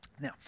Now